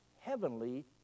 heavenly